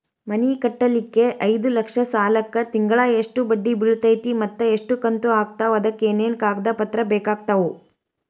ಮನಿ ಕಟ್ಟಲಿಕ್ಕೆ ಐದ ಲಕ್ಷ ಸಾಲಕ್ಕ ತಿಂಗಳಾ ಎಷ್ಟ ಬಡ್ಡಿ ಬಿಳ್ತೈತಿ ಮತ್ತ ಎಷ್ಟ ಕಂತು ಆಗ್ತಾವ್ ಅದಕ ಏನೇನು ಕಾಗದ ಪತ್ರ ಬೇಕಾಗ್ತವು?